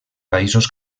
països